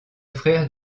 frère